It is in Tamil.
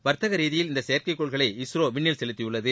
வர்த்தக ரீதியில் இந்த செயற்கைக்கோள்களை இஸ்ரோ விண்ணில் செலுத்தியுள்ளது